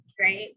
right